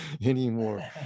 anymore